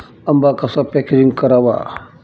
आंबा कसा पॅकेजिंग करावा?